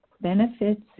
Benefits